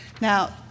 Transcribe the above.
Now